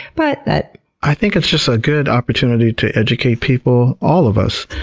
but that i think it's just a good opportunity to educate people, all of us,